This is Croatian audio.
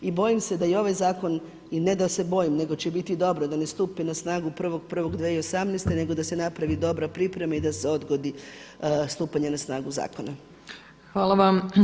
I bojim se da i ovaj zakon, ne da se bojim, nego će biti dobro da ne stupi na snagu 1.1.2018., nego da se napravi dobra priprema i da se odgodi stupanje na snagu zakona.